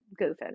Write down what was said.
goofing